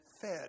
fed